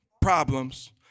problems